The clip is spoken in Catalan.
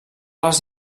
les